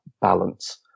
balance